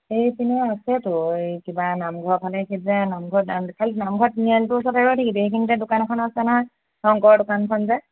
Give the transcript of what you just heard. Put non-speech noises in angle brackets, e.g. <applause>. সেইখিনিও আছেতো এই কিবা নামঘৰৰ ফালে সেইযে নামঘৰ <unintelligible> নামঘৰৰ তিনিআলিটো ওচৰতে ৰৈ থাকিবি সেইখিনিতে দোকান এখন আছে নহয় শংকৰৰ দোকানখন যে